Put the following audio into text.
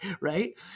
right